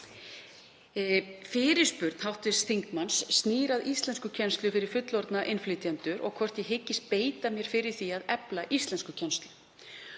Fyrirspurn hv. þingmanns snýr að íslenskukennslu fyrir fullorðna innflytjendur og hvort ég hyggist beita mér fyrir því að efla íslenskukennslu.